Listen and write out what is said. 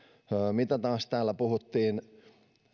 mitä taas täällä puhuttiin